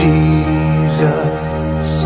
Jesus